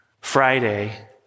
Friday